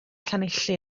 llanelli